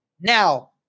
Now